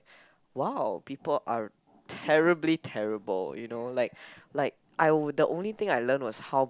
!wow! people are terribly terrible you know like like I the only thing I learned was how